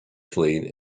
fleet